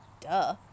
duh